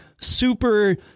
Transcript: super